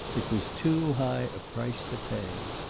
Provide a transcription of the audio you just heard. it was too high a price to pay.